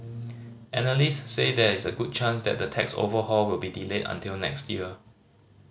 analysts say there is a good chance the tax overhaul will be delayed until next year